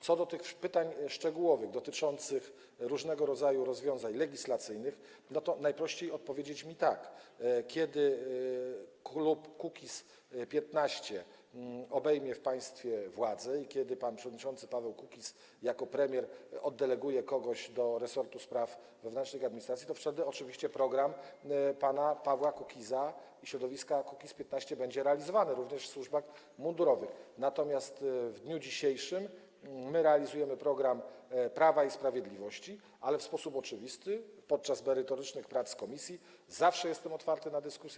Co do pytań szczegółowych dotyczących różnego rodzaju rozwiązań legislacyjnych, to najprościej mi odpowiedzieć tak: kiedy klub Kukiz’15 obejmie w państwie władzę i kiedy pan przewodniczący Paweł Kukiz jako premier oddeleguje kogoś do resortu spraw wewnętrznych i administracji, wtedy oczywiście program pana Pawła Kukiza i środowiska Kukiz’15 będzie realizowany, również w służbach mundurowych, natomiast w dniu dzisiejszym realizujemy program Prawa i Sprawiedliwości, ale w sposób oczywisty podczas merytorycznych prac komisji zawsze jestem otwarty na dyskusję.